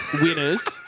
Winners